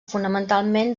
fonamentalment